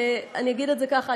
אני אגיד את זה ככה,